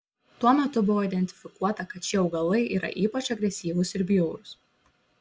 tuo metu buvo identifikuota kad šie augalai yra ypač agresyvūs ir bjaurūs